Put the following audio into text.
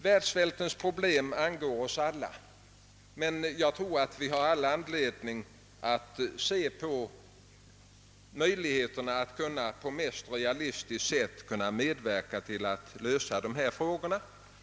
Världssvältens problem angår oss alla, men jag tror att vi har all anledning att se på möjligheterna att på mest realistiska sätt kunna medverka till att lösa dessa frågor.